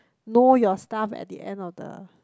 know your stuff at the end of the